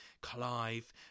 Clive